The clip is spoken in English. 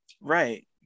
Right